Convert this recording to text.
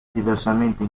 diversamente